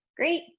Great